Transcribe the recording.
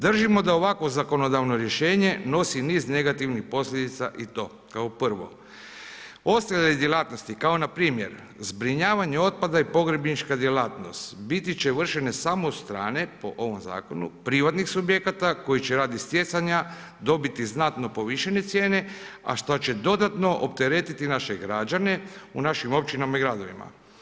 Držimo da ovakvo zakonodavno rješenje, nosi niz negativnih posljedica i to kao prvo, ostale djelatnosti, kao npr. zbrinjavanja otpada i pogrebnička djelatnost, biti će ovršena samo strane, po ovom zakonu, privatnih subjekata, koji će radi stjecanja dobiti znatno povišene cijene, a šta će dodatno opteretiti naše građane u našim općinama i gradovima.